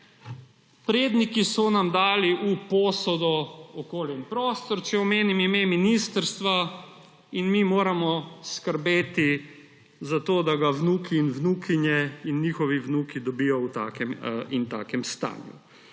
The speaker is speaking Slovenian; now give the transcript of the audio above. predniki so nam dali na posodo okolje in prostor, če omenim ime ministrstva, in mi moramo skrbeti za to, da ga vnuki in vnukinje in njihovi vnuki dobijo v takem in takem stanju.